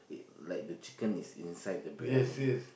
it like the chicken is inside the briyani